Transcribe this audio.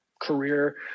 career